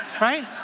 right